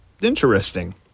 Interesting